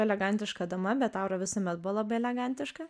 elegantiška dama bet aura visuomet buvo labai elegantiška